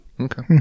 okay